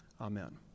Amen